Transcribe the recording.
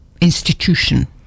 institution